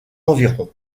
environs